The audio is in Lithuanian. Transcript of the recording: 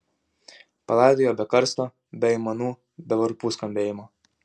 palaidojo be karsto be aimanų be varpų skambėjimo